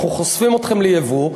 אנחנו חושפים אתכם ליבוא,